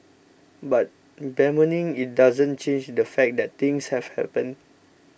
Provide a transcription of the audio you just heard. but bemoaning it doesn't change the fact that things have happened